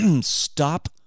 stop